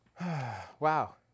Wow